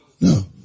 No